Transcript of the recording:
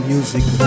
Music